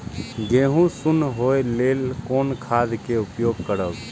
गेहूँ सुन होय लेल कोन खाद के उपयोग करब?